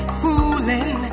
fooling